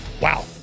Wow